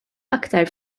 aktar